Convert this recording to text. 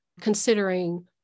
considering